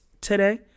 today